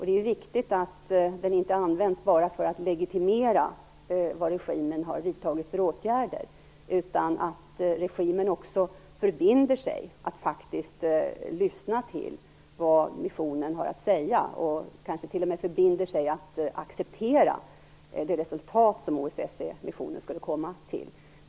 Det är ju viktigt att den inte används bara för att legitimera vad regimen har vidtagit för åtgärder, utan att regimen också förbinder sig att faktiskt lyssna till vad missionen har att säga, och kanske t.o.m. förbinder sig att acceptera det resultat som OSSE-missionen skulle komma fram till.